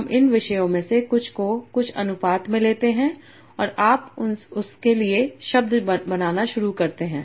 हम इन विषयों में से कुछ को कुछ अनुपात में लेते हैं और आप उसके लिए शब्द बनाना शुरू करते हैं